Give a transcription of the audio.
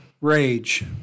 rage